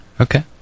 Okay